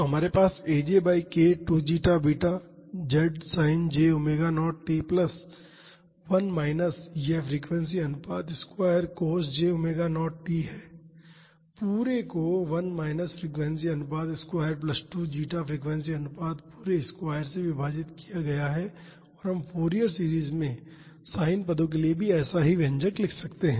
तो हमारे पास aj by k 2 zeta beta z sine j omega naught T plus 1 minus यह frequency अनुपात square cos j omega naught T है पूरे को 1 माइनस फ़्रीक्वेंसी अनुपात स्क्वायर प्लस 2 ज़ेटा फ़्रीक्वेंसी अनुपात पूरे स्क्वायर से विभाजित किया गया है और हम फॉरिएर सीरीज में साइन पदों के लिए भी ऐसे ही व्यंजक लिख सकते है